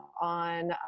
on